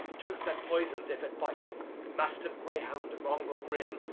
tooth that poisons if it bite mastiff, greyhound, mongrel grim,